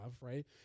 Right